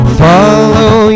follow